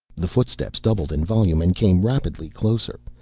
the footsteps doubled in volume and came rapidly closer.